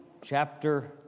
chapter